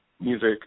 music